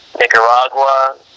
Nicaragua